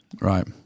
Right